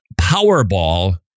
Powerball